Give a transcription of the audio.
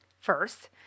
First